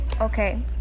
Okay